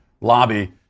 lobby